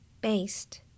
based